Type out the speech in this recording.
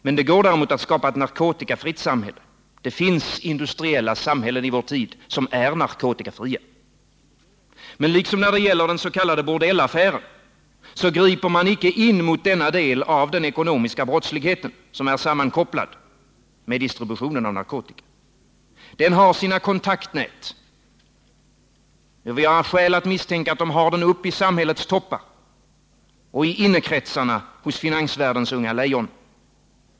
Men det går däremot att skapa ett narkotikafritt samhälle. Det finns industriella samhällen i vår tid som är narkotikafria. Men precis som i den s.k. bordellaffären griper man icke in mot den del av den ekonomiska brottsligheten som är sammankopplad med distributionen av narkotika. Vi har skäl att misstänka att den har sina kontaktnät i samhällets toppar och i innekretsarna hos finansvärldens unga lejon.